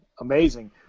amazing